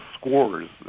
scores